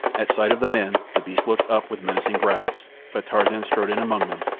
at sight of the men the beasts looked up with menacing growls, but tarzan strode in among them,